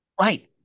Right